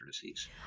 disease